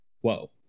whoa